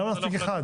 למה לא מספיק אחד?